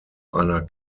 einer